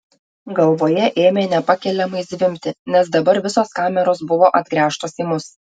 galvoje ėmė nepakeliamai zvimbti nes dabar visos kameros buvo atgręžtos į mus